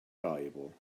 valuable